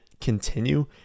continue